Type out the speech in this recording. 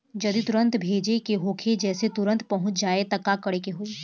जदि तुरन्त भेजे के होखे जैसे तुरंत पहुँच जाए त का करे के होई?